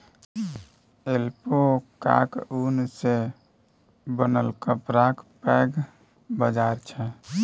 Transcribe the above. ऐल्पैकाक ऊन सँ बनल कपड़ाक पैघ बाजार छै